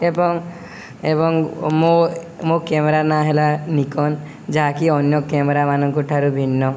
ଏବଂ ଏବଂ ମୋ ମୋ କ୍ୟାମେରା ନାଁ ହେଲା ନିକନ୍ ଯାହାକି ଅନ୍ୟ କ୍ୟାମେରା ମାନଙ୍କ ଠାରୁ ଭିନ୍ନ